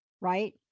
right